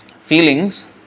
feelings